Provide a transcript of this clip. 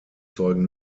zeugen